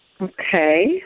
Okay